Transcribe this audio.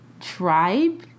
tribe